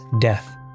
Death